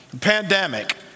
pandemic